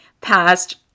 past